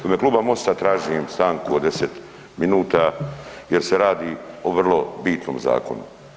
U ime kluba Mosta tražim stanku od 10 min jer se radi o vrlo bitnom zakonu.